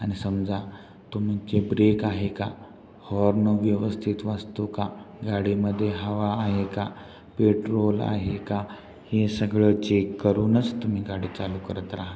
अन् समजा तुमचे ब्रेक आहे का हॉर्न व्यवस्थित वाजतो का गाडीमध्ये हवा आहे का पेट्रोल आहे का हे सगळं चेक करूनच तुम्ही गाडी चालू करत राहा